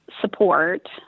Support